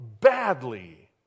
badly